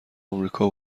امریکا